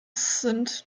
sind